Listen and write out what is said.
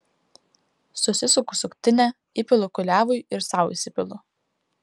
susisuku suktinę įpilu kuliavui ir sau įsipilu